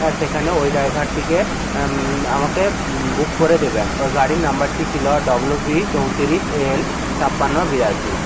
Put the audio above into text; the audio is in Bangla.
হ্যাঁ সেখানেও ওই ড্রাইভারটিকে আমাকে বুক করে দেবেন ওই গাড়ির নাম্বারটি ছিল ডবলু বি চৌত্রিশ এ এল ছাপান্ন বিরাশি